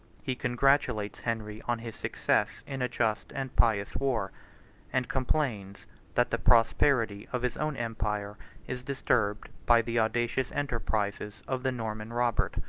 he congratulates henry on his success in a just and pious war and complains that the prosperity of his own empire is disturbed by the audacious enterprises of the norman robert.